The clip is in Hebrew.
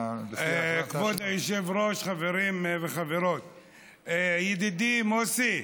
כבוד היושב-ראש, חברים וחברות, ידידי מוסי,